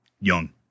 young